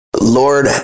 Lord